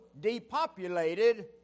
depopulated